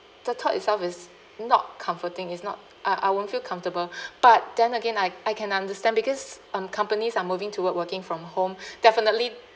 the thought itself is not comforting it's not I I won't feel comfortable but then again I I can understand because um companies are moving toward working from home definitely